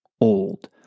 old